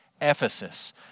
Ephesus